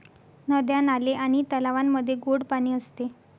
नद्या, नाले आणि तलावांमध्ये गोड पाणी असते